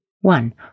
one